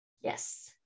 Yes